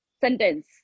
sentence